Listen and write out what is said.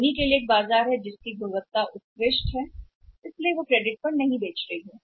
सोनी एक बाजार है गुणवत्ता उत्कृष्ट है इसलिए वे क्रेडिट पर नहीं बेच रहे हैं